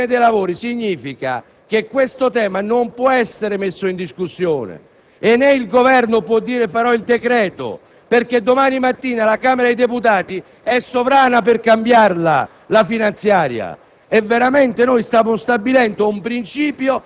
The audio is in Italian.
Caro Presidente, l'ordine dei lavori sta a significare che questo tema non può essere messo in discussione, né che il Governo può dire che presenterà un decreto, perché domani mattina la Camera dei deputati è sovrana e può cambiare la finanziaria.